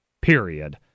period